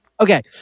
Okay